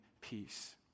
peace